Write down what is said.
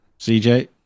CJ